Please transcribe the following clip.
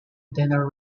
tenor